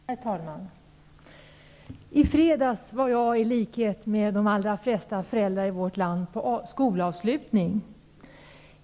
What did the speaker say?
Herr talman! I fredags var jag, i likhet med de allra flesta föräldrar i vårt land, på skolavslutning.